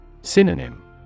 Synonym